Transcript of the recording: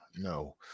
No